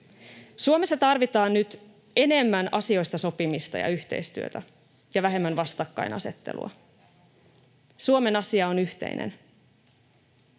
Suomessa tarvitaan nyt enemmän asioista sopimista ja yhteistyötä ja vähemmän vastakkainasettelua. Suomen asia on yhteinen.